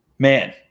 man